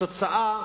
התוצאה